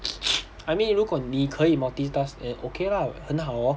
I mean 如果你可以 multitask eh okay loh 很好 lor